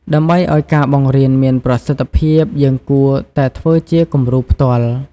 ដើម្បីឱ្យការបង្រៀនមានប្រសិទ្ធភាព យើងគួរតែធ្វើជាគំរូផ្ទាល់។